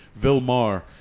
Vilmar